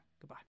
Goodbye